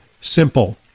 simple